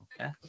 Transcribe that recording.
okay